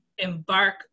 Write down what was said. embark